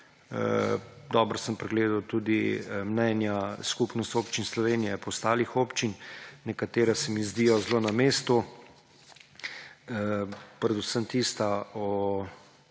dobro sem pregledal tudi mnenja Skupnosti občin Slovenije in ostalih občin, nekatera se mi zdijo zel na mestu, predvsem tista o